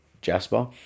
Jasper